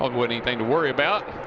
ah anything to worry about,